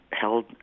held